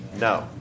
No